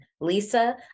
Lisa